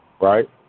right